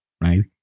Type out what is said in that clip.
right